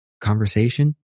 conversation